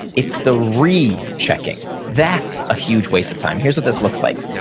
it's the rechecking. that's a huge waste of time. here's what this looks like.